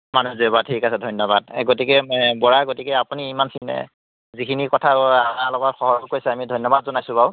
ঠিক আছে ধন্যবাদ সেই গতিকে বৰা আপুনি ইমানখিনি যিখিনি কথা অমাৰ লগত সহযোগ কৰিছে আমি ধন্যবাদ জনাইছোঁ বাৰু